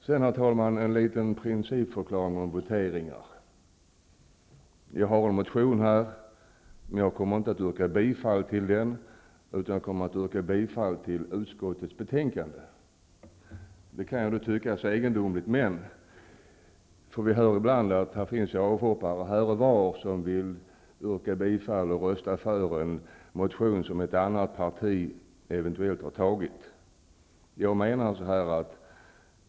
Sedan, fru talman, en liten principförklaring om voteringar: Jag har en motion som behandlas i det här betänkandet, men jag kommer inte att yrka bifall till den utan till utskottets hemställan. Det kan tyckas egendomligt -- vi hör ibland att det finns avhoppare här och var som vill rösta för en motion som ett annat parti har väckt.